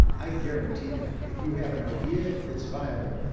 i guarantee that. if you have an idea that's viable,